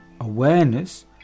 awareness